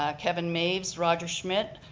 ah kevin maves, roger schmidt,